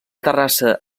terrassa